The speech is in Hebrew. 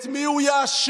את מי הוא יאשים?